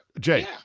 Jay